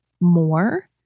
more